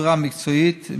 בצורה מקצועית,